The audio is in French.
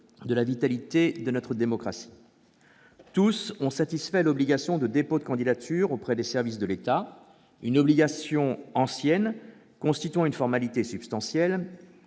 de la vitalité de notre démocratie. Tous ont satisfait à l'obligation de dépôt de candidature auprès des services de l'État, une obligation ancienne constituant une formalité substantielle,